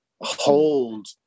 hold